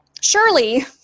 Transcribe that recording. Surely